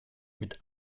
mit